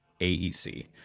AEC